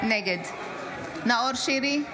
נגד נאור שירי,